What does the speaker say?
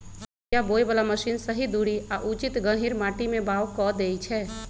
बीया बोय बला मशीन सही दूरी आ उचित गहीर माटी में बाओ कऽ देए छै